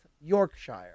Yorkshire